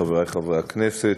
חברי חברי הכנסת,